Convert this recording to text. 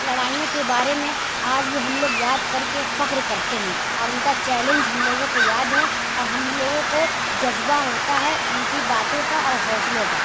لڑائیوں کے بارے میں آج بھی ہم لوگ یاد کر کے فخر کرتے ہیں اور اُن کا چیلینج ہم لوگوں کو یاد ہے اور ہم اُن لوگوں کو جذبہ ہوتا ہے اُن کی باتوں کا اور حوصلوں کا